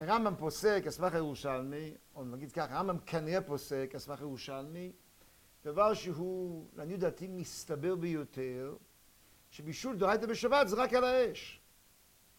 הרמב״ם פוסק, על סמך הירושלמי, או נגיד ככה, הרמב״ם כנראה פוסק, על סמך הירושלמי דבר שהוא, לעניות דעתי, מסתבר ביותר שבישול דאורייתא בשבת זה רק על האש